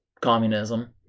communism